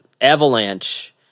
avalanche